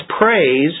praise